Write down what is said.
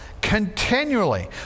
continually